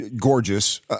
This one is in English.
gorgeous